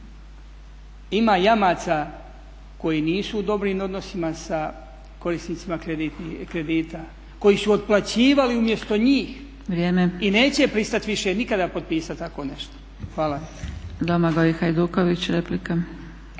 ima jamaca koji nisu u dobrim odnosima sa korisnicima kredita, koji su otplaćivali umjesto njih i … …/Upadica Zgrebec: Vrijeme./… … neće pristati više nikada potpisati tako nešto. Hvala.